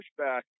pushback